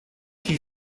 qu’il